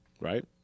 right